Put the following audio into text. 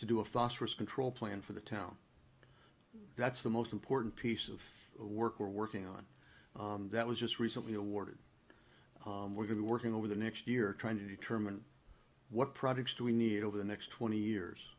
to do a phosphorus control plan for the town that's the most important piece of work we're working on that was just recently awarded we're going to working over the next year trying to determine what projects do we need over the next twenty years